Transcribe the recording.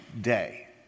day